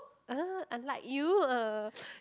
uh unlike you uh